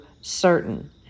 certain